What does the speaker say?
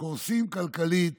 קורסים כלכלית